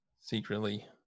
secretly